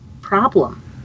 problem